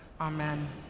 Amen